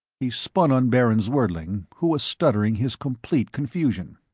he spun on baron zwerdling, who was stuttering his complete confusion.